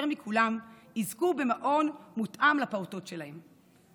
מכולם יזכו במעון מותאם לפעוטות שלהם.